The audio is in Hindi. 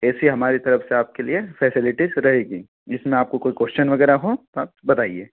ऐसी हमारी तरफ़ से आपके लिए फै़सिलिटीज़ रहेगी जिसमें आपको कोई क्वेश्चन वगैरह हो तो आप बताइए